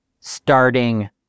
starting